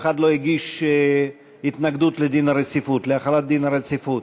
אף אחד לא הגיש התנגדות להחלת דין הרציפות.